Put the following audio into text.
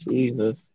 Jesus